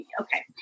okay